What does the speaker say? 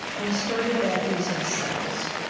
and we started that using cells